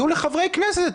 יהיו חברי כנסת?